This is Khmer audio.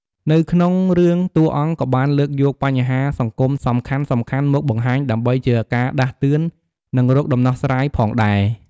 នៅក្នុងរឿងតួរអង្គក៏បានលើកយកបញ្ហាសង្គមសំខាន់ៗមកបង្ហាញ ដើម្បីជាការដាស់តឿន នឹងរកដំណោះស្រាយផងដែរ ។